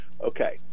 Okay